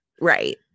Right